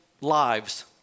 lives